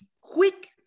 quick